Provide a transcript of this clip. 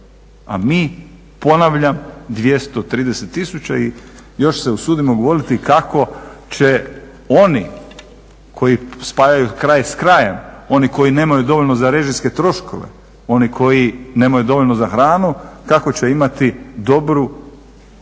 a mi ponavljam 230 tisuća i još se usudimo govoriti kako će oni koji spajaju kraj s krajem, oni koji nemaju dovoljno za režijske troškove, oni koji nemaju dovoljno za hranu, kako će imati dobru